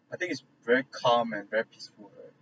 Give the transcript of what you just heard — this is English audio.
I think is very calm and very peaceful right